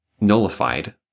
nullified